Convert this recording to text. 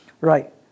right